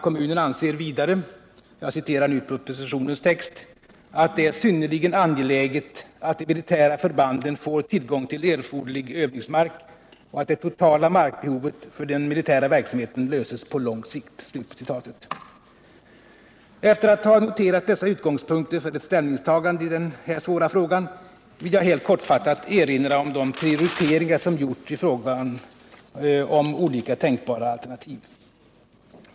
Kommunen anser vidare — jag citerar nu propositionens text — att ”det är synnerligen angeläget att de militära förbanden får tillgång till erforderlig övningsmark och att det totala markbehovet för den militära verksamheten löses på lång sikt.” Efter att ha noterat dessa utgångspunkter för ett ställningstagande i denna svåra fråga, vill jag helt kortfattat erinra om de prioriteringar som gjorts i fråga om olika tänkbara alternativ.